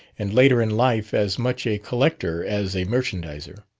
and later in life as much a collector as a merchandizer.